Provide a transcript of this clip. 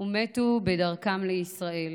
ומתו בדרכם לישראל.